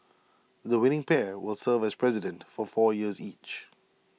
the winning pair will serve as president for four years each